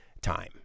time